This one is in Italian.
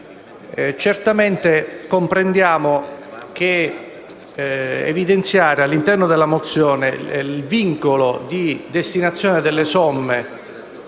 mozione. Comprendiamo che evidenziare all'interno della mozione il vincolo di destinazione delle somme